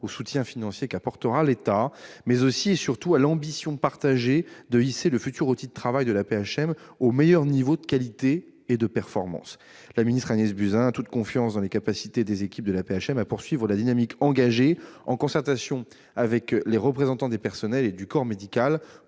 soutien financier qu'apportera l'État, mais aussi et surtout à l'ambition partagée de hisser le futur outil de travail de l'AP-HM au meilleur niveau de qualité et de performance. La ministre Agnès Buzyn a toute confiance dans les capacités des équipes de l'AP-HM à poursuivre la dynamique engagée, en concertation avec les représentants des personnels et du corps médical, pour